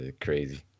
crazy